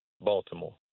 Baltimore